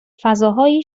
فضاهایی